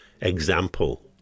example